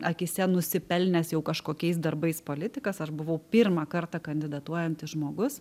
akyse nusipelnęs jau kažkokiais darbais politikas ar buvau pirmą kartą kandidatuojantis žmogus